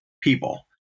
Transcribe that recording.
people